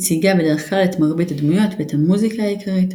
מציגה בדרך כלל את מרבית הדמויות ואת המוזיקה העיקרית,